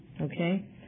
Okay